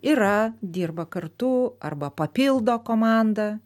yra dirba kartu arba papildo komandą